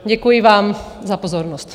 Děkuji vám za pozornost.